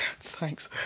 thanks